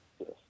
Yes